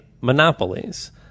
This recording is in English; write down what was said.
monopolies